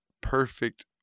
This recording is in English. perfect